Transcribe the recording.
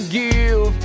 give